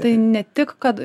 tai ne tik kad